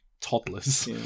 toddlers